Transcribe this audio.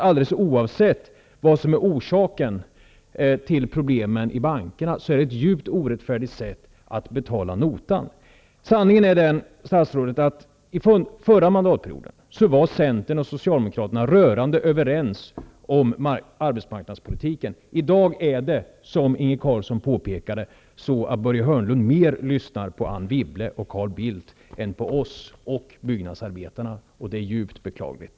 Alldeles oavsett vad som är orsaken till problemen i bankerna, tycker jag att detta är ett djupt orättfärdigt sätt att betala notan. Sanningen är, statsrådet, att Centern och Socialdemokraterna under den förra mandatperioden var rörande överens om arbetsmarknadspolitiken. Som Inge Carlsson påpekade lyssnar Börje Hörnlund i dag mer på Anne Wibble och Carl Bildt än på oss och byggnadsarbetarna, och det är djupt beklagligt.